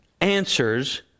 answers